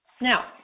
Now